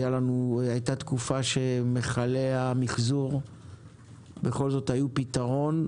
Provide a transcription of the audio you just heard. היתה תקופה שמכלי המחזור בכל זאת היו פתרון,